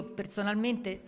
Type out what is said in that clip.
personalmente